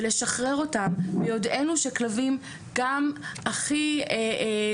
ולשחרר אותם ביודענו שכלבים גם שנראים הכי